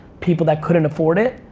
people that couldn't afford it.